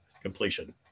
completion